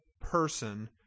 person